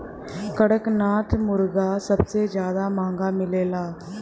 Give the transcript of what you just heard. कड़कनाथ मुरगा सबसे जादा महंगा मिलला